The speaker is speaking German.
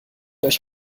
euch